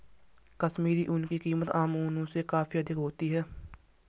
कश्मीरी ऊन की कीमत आम ऊनों से काफी अधिक होती है